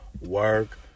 work